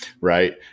right